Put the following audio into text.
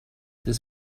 this